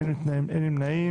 מי נמנע?